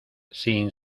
sin